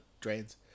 drains